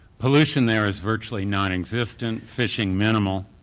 pollution there is virtually non-existent, fishing minimal,